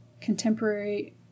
contemporary